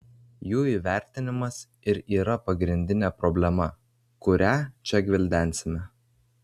jų įvertinimas ir yra pagrindinė problema kurią čia gvildensime